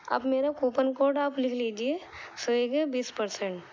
آپ میرا coupon code آپ لکھ لیجیے سویگی بیس پرسنٹ